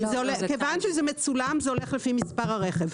כיוון שזה מצולם, זה הולך לפי מספר הרכב.